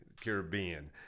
Caribbean